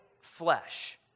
flesh